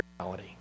reality